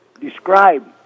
describe